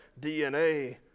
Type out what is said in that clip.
DNA